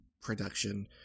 production